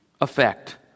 effect